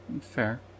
Fair